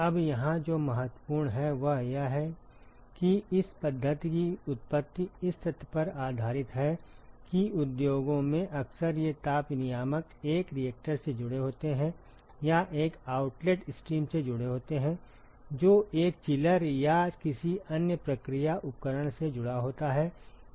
अब यहाँ जो महत्वपूर्ण है वह यह है कि इस पद्धति की उत्पत्ति इस तथ्य पर आधारित है कि उद्योगों में अक्सर ये ताप विनिमायक एक रिएक्टर से जुड़े होते हैं या एक आउटलेट स्ट्रीम से जुड़े होते हैं जो एक चिलर या किसी अन्य प्रक्रिया उपकरण से जुड़ा होता है